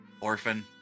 Orphan